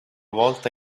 volta